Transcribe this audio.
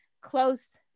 close